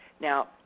Now